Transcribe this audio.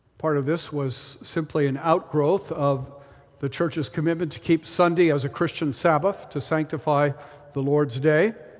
part of this was simply an outgrowth of the church's commitment to keep sunday as a christian sabbath, to sanctify the lord's day,